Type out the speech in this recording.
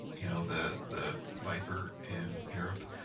you know, the the viper in europe,